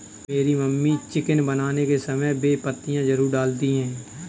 मेरी mummy chicken बनाने के समय बे पत्तियां जरूर डालती हैं